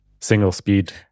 single-speed